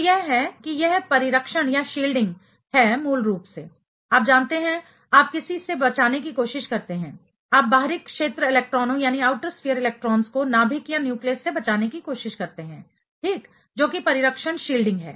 तो यह है कि यह परिरक्षण शील्डिंग है मूल रूप से आप जानते हैं आप किसी से बचाने की कोशिश करते हैं आप बाहरी क्षेत्र इलेक्ट्रॉनों को नाभिक न्यूक्लियस से बचाने की कोशिश करते हैं ठीक जो कि परिरक्षण शील्डिंग है